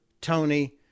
tony